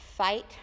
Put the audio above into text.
Fight